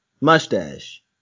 mustache